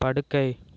படுக்கை